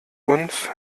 uns